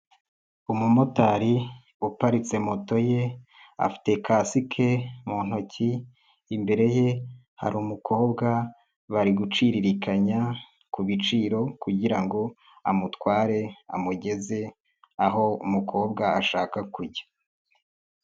Umumotari uparitse moto ye afite kasike mu ntoki, imbere ye hari umukobwa bari guciririkanya ku biciro kugira ngo amutware amugeze aho umukobwa ashaka kujya.